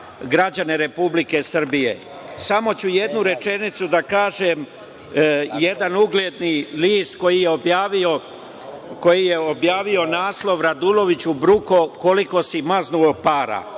građane Republike Srbije. Samo ću jednu rečenicu da kažem. Jedan ugledni list koji je objavio naslov – Raduloviću bruko, koliko si maznuo para,